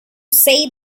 say